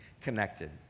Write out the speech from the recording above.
connected